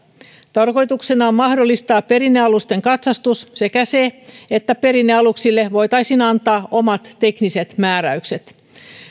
tarkoituksena on mahdollistaa perinnealusten katsastus sekä se että perinnealuksille voitaisiin antaa omat tekniset määräykset